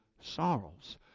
sorrows